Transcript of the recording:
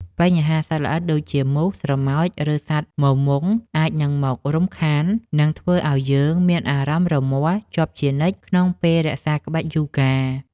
បញ្ហាសត្វល្អិតដូចជា មូស ស្រមោច ឬសត្វមមង់ អាចនឹងមករំខាន និងធ្វើឱ្យយើងមានអារម្មណ៍រមាស់ជាប់ជានិច្ចក្នុងពេលរក្សាក្បាច់យូហ្គា។